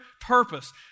purpose